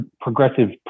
progressive